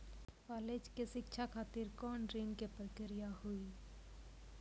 College के शिक्षा खातिर कौन ऋण के प्रक्रिया हुई?